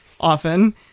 often